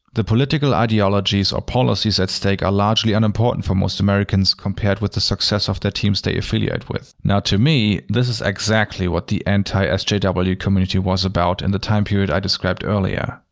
the political ideologies or policies at stake are largely unimportant for most americans compared with the success of the teams they affiliate with. now, to me, this is exactly what the anti-sjw but community was about in the time period i described earlier.